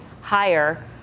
higher